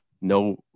no